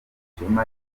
ishema